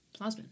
plasmin